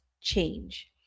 change